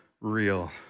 real